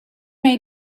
may